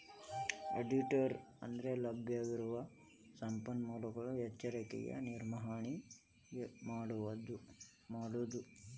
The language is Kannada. ಆಡಿಟರ ಅಂದ್ರಲಭ್ಯವಿರುವ ಸಂಪನ್ಮೂಲಗಳ ಎಚ್ಚರಿಕೆಯ ನಿರ್ವಹಣೆ ಮಾಡೊದು